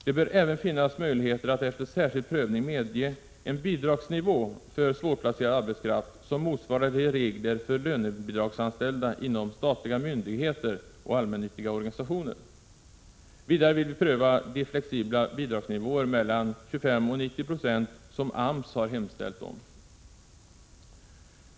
Det bör även finnas möjligheter att efter särskild prövning för svårplacerad arbetskraft medge en bidragsnivå, som motsvarar de regler för lönebidragsanställda som gäller inom statliga myndigheter och allmännyttiga organisationer. Vidare vill vi pröva de flexibla bidragsnivåer mellan 25 och 90 Z& som AMS har hemställt om.